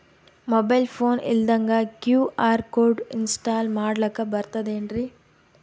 Mobile phone ಇಲ್ದಂಗ QR code install ಮಾಡ್ಲಕ ಬರ್ತದೇನ್ರಿ?